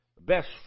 best